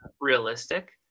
realistic